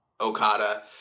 Okada